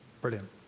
Brilliant